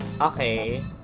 Okay